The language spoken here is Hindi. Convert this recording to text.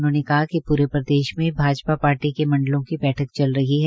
उन्होंने कहा कि पूरे प्रदेश में भाजपा पार्टी के मंडलों की बैठ चलरही है